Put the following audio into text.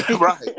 right